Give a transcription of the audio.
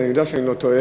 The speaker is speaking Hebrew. ואני יודע שאני לא טועה,